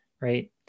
right